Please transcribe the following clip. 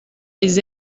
les